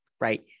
Right